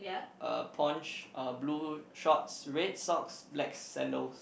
a ponch a blue shorts red socks black sandals